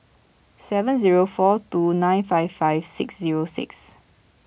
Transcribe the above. seven zero four two nine five five six zero six